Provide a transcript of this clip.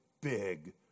big